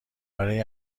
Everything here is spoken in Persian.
برای